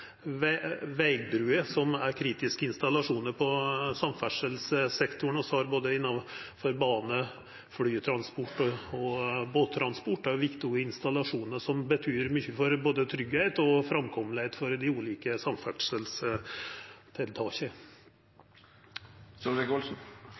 som er kritiske installasjonar på samferdselssektoren. Vi har det òg innanfor bane, flytransport og båttransport. Det er viktige installasjonar som betyr mykje for både tryggleik og framkome for dei ulike samferdselstiltaka.